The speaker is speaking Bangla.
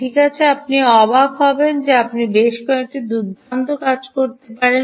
ঠিক আছে আপনি অবাক হবেন যে আপনি বেশ কয়েকটি দুর্দান্ত কাজ করতে পারেন